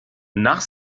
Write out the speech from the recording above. nach